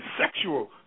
sexual